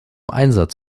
einsatz